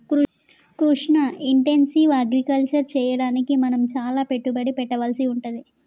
Krishna intensive agriculture చెయ్యడానికి మనం చాల పెట్టుబడి పెట్టవలసి వుంటది